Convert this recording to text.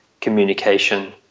communication